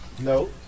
No